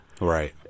Right